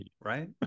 Right